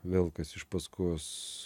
velkas iš paskos